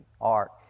ark